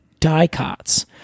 dicots